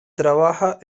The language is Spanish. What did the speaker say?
trabaja